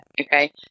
Okay